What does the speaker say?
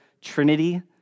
Trinity